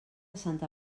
santa